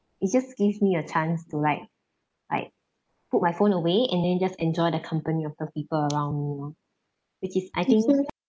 it just gives me a chance to like like put my phone away and then just enjoy the company of the people around me which is I think